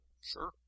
sure